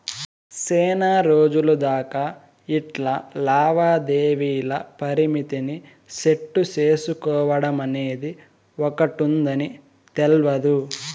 సేనారోజులు దాకా ఇట్లా లావాదేవీల పరిమితిని సెట్టు సేసుకోడమనేది ఒకటుందని తెల్వదు